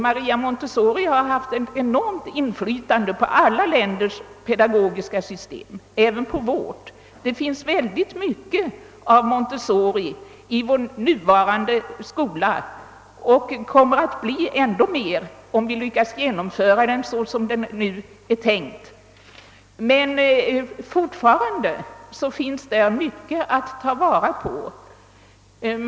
Maria Montessori har haft ett enormt inflytande på alla länders pedagogiska system, även på vårt. Det finns mycket av hennes metoder i vår nuvarande skola, och det kommer att bli ändå mera, om vi lyckas genomföra skolreformen så som nu är tänkt. Men fortfarande finns där mycket att ta vara på.